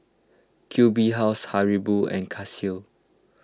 Q B House Haribo and Casio